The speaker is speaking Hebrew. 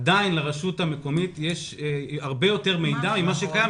עדיין לרשות המקומית יש הרב היותר מידע.